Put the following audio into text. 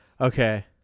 Okay